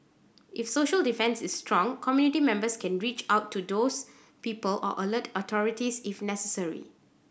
if social defence is strong community members can reach out to those people or alert the authorities if necessary